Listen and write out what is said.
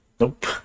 nope